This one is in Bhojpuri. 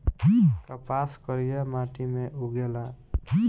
कपास करिया माटी मे उगेला